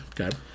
Okay